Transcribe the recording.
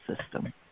system